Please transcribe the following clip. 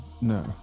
No